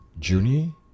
Junie